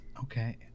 Okay